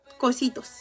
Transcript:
cositos